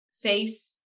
face